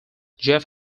jeff